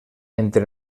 entre